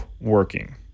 working